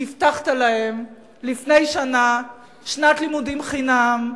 שהבטחת להם לפני שנה שנת לימודים חינם,